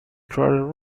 crater